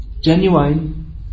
genuine